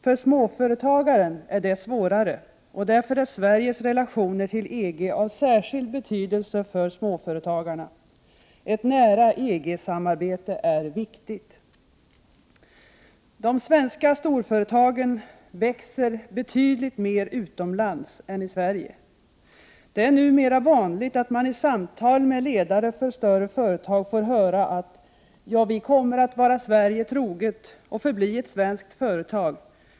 För småföretagaren är det svårare, och därför är Sveriges relationer till EG av särskild betydelse för småföretagarna. Ett nära EG-samarbete är viktigt. De svenska storföretagen växer betydligt mer utomlands än de gör i Sverige. Det är numera vanligt att man i samtal med ledare för större företag får höra: Ja, vi kommer att vara Sverige trogna och förbli ett svenskt företag.